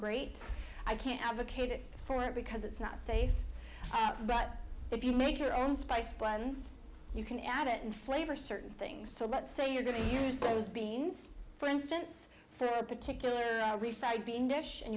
great i can't advocate it for it because it's not safe but if you make your own spice buns you can add it and flavor certain things so let's say you're going to use those beings for instance for a particular being dish and